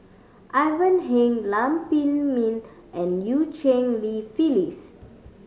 Ivan Heng Lam Pin Min and Eu Cheng Li Phyllis